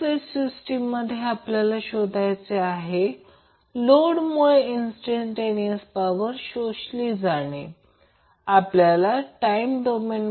प्रत्येक फेजमधील इन्स्टंटेनियस पॉवरसाठी थ्री फेजसाठी जर ते एकत्र केले तर ते 3 Vp I p cos असेल म्हणून ते टाईम पासून स्वतंत्र आहे